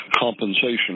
compensation